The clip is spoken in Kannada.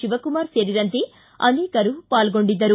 ಶಿವಕುಮಾರ್ ಸೇರಿದಂತೆ ಅನೇಕರು ಪಾಲ್ಗೊಂಡಿದ್ದರು